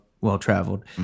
well-traveled